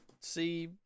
see